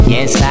Yes